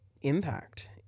impact